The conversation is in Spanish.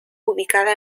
ubicada